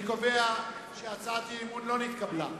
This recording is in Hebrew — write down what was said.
אני קובע שהצעת האי-אמון לא נתקבלה.